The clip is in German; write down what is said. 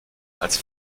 als